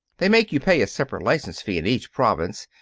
they make you pay a separate license fee in each province,